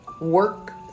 Work